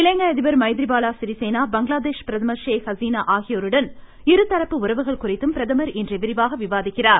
இலங்கை அதிபர் மைத்ரி பால சிறிசேனா பங்களாதேஷ் பிரதமர் ஷேக் ஹசீனா ஆகியோருடன் இருதரப்பு உறவுகள் குறித்தும் பிரதமர் இன்று விரிவாக விவாதிக்கிறார்